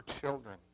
children